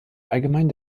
allgemein